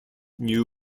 new